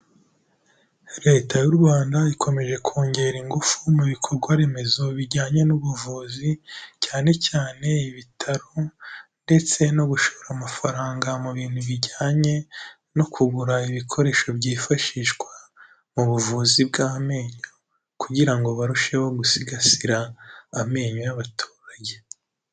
Leta y'u Rwanda ikomeje kongera ingufu mu bikorwa remezo bijyanye n'ubuvuzi cyane cyane ibitaro, ndetse no gushora amafaranga mu bintu bijyanye no kugura ibikoresho byifashishwa mu buvuzi bw'amenyo, kugira ngo barusheho gusigasira amenyo y'abaturage.